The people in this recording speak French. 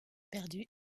perdu